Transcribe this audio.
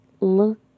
look